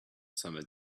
summer